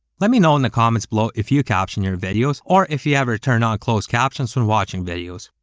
let me know in the comments below if you caption your videos, or if you ever turn on closed captions when watching videos.